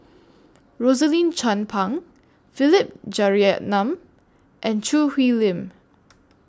Rosaline Chan Pang Philip Jeyaretnam and Choo Hwee Lim